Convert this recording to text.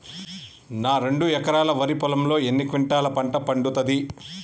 నా రెండు ఎకరాల వరి పొలంలో ఎన్ని క్వింటాలా పంట పండుతది?